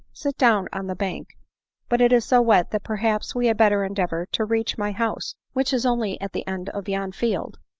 sit down on the bank but it is so wet that perhaps we had better endeavor to reach my house, which is only at the end of yon field.